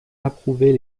approuver